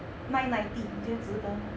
nine ninety 你就值得了